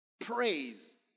praise